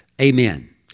amen